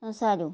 ସଂସାରୁ